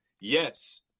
yes